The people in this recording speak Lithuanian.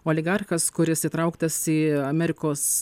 oligarchas kuris įtrauktas į amerikos